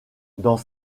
dans